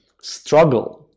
struggle